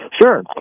Sure